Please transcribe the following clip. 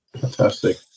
Fantastic